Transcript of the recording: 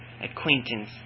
acquaintance